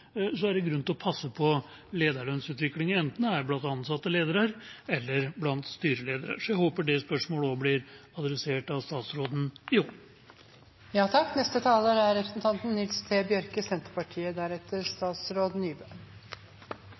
er det grunn til å passe på lederlønnsutviklingen, enten det er blant ansatte ledere eller blant styreledere. Jeg håper at også det spørsmålet blir adressert av statsråden